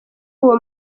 uwo